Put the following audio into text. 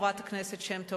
חברת הכנסת שמטוב,